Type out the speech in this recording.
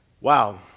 Wow